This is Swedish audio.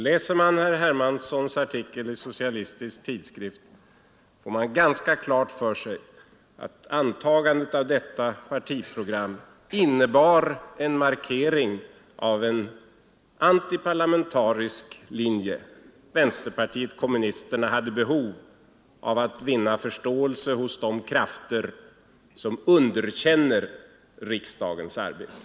Läser man herr Hermanssons artikel i Socialistisk debatt, får man ganska klart för sig att antagandet av detta partiprogram innebar en markering av en antiparlamentarisk linje. Vänsterpartiet kommunisterna hade behov av att vinna förståelse hos de krafter som underkänner riksdagens arbete.